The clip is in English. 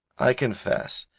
i confess,